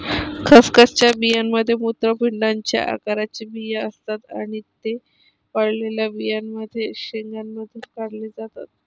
खसखसच्या बियांमध्ये मूत्रपिंडाच्या आकाराचे बिया असतात आणि ते वाळलेल्या बियांच्या शेंगांमधून काढले जातात